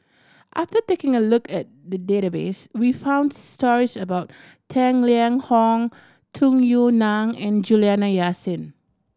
after taking a look at the database we found stories about Tang Liang Hong Tung Yue Nang and Juliana Yasin